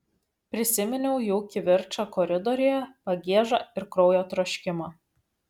prisiminiau jų kivirčą koridoriuje pagiežą ir kraujo troškimą